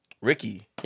Ricky